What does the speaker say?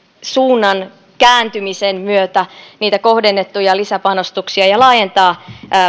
suunnan kääntymisen myötä niitä kohdennettuja lisäpanostuksia ja laajentaa